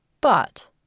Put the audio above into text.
But